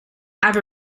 have